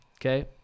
Okay